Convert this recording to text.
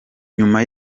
nyuma